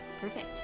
perfect